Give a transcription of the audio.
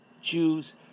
Jews